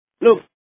Look